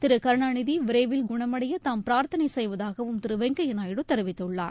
திரு கருணாநிதி விரைவில் குணமடைய தாம் பிரார்த்தனை செய்வதாகவும் திரு வெங்கய்யா நாயுடு தெரிவித்துள்ளார்